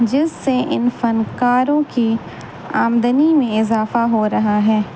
جس سے ان فنکاروں کی آمدنی میں اضافہ ہو رہا ہے